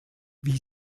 wie